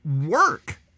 work